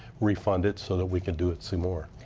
refund it so that we can do it some more.